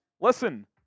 Listen